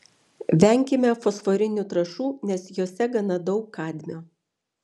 venkime fosforinių trąšų nes jose gana daug kadmio